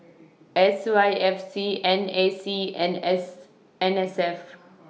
S Y F C N A C and S N S F